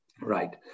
Right